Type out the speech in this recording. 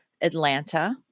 Atlanta